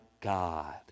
God